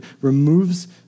removes